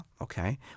okay